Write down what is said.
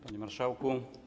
Panie Marszałku!